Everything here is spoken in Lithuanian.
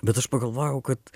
bet aš pagalvojau kad